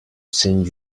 send